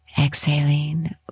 Exhaling